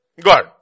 God